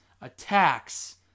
attacks